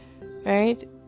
right